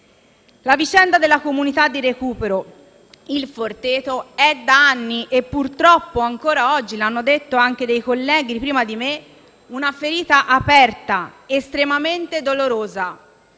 La vicenda della comunità di recupero «Il Forteto» è da anni - e purtroppo ancora oggi, l'hanno detto anche dei colleghi prima di me - una ferita aperta estremamente dolorosa